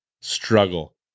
Struggle